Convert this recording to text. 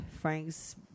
frank's